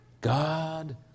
God